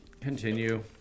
Continue